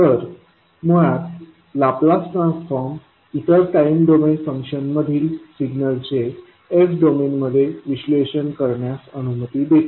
तर मुळात Laplace transform time domain function मधील सिग्नल चे s डोमेनमध्ये विश्लेषण करण्यास अनुमती देते